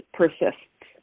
persists